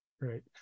Right